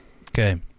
Okay